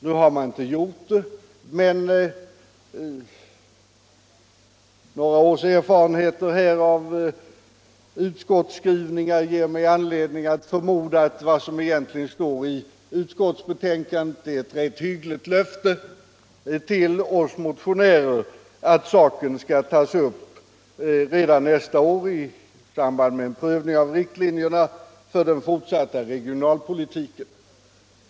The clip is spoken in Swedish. Nu har man inte gjort det, men några års erfarenheter av utskottsskrivningar ger mig anledning förmoda att vad som egentligen står i utskottsbetänkandet är ett rätt hyggligt löfte till oss motionärer att saken skall tas upp redan nästa år i samband med en prövning av riktlinjerna för den fortsatta regionalpolitiken.